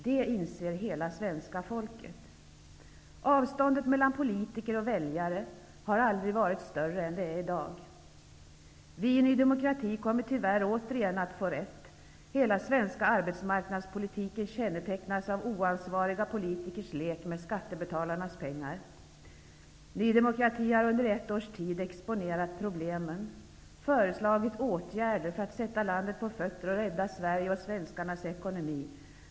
Det inser hela svenska folket. Avståndet mellan politiker och väljare har aldrig varit större än det är i dag. Vi i Ny demokrati kommer tyvärr återigen att få rätt. Hela den svenska arbetsmarknadspolitiken kännetecknas av oansvariga politikers lek med skattebetalarnas pengar. Ny demokrati har under ett års tid exponerat problemen, föreslagit åtgärder för att sätta landet på fötter och rädda Sverige och svenskarnas ekonomi.